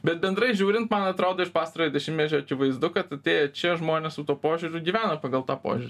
bet bendrai žiūrint man atrodo iš pastarojo dešimtmečio akivaizdu kad atėję čia žmonės su tuo požiūriu gyvena pagal tą požiūrį